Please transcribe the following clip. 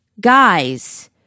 guys